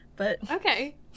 Okay